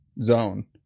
zone